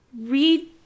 Read